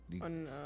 On